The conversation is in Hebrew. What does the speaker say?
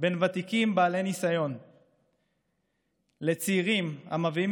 בין ותיקים בעלי ניסיון לצעירים המביאים